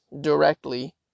directly